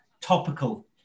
topical